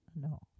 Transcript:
no